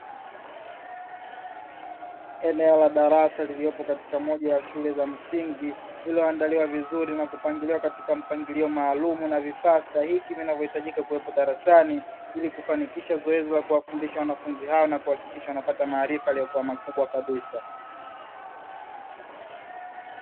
Eneo la darasa liliyopo katika moja ya shule ya msingi, lililoandaliwa vizuri na kupangiliwa katika mpangilio maalumu na vifaa stahiki, vinavohitajika kuwepo darasani, ili kufanikisha zoezi la kuwafundisha wanafunzi hao na kuhakikisha wanapata maarifa yaliokua makubwa kabisa.